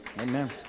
Amen